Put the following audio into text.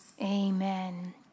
amen